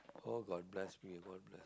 oh god bless me god bless